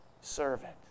servant